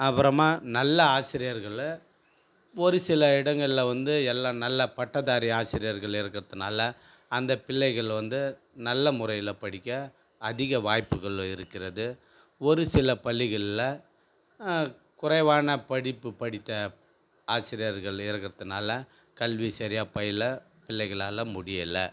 அப்புறமா நல்ல ஆசிரியர்கள் ஒரு சில இடங்களில் வந்து எல்லா நல்ல பட்டதாரி ஆசிரியர்கள் இருக்கறதுனால் அந்தப் பிள்ளைகள் வந்து நல்ல முறையில் படிக்க அதிக வாய்ப்புகள் இருக்கிறது ஒரு சில பள்ளிகளில் குறைவான படிப்பு படித்த ஆசிரியர்கள் இருக்கறதுனால் கல்வி சரியாக பயில பிள்ளைகளால் முடியலை